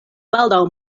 baldaŭ